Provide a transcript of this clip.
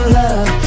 love